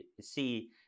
see